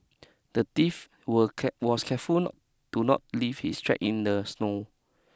the thief were was careful not to not leave his track in the snow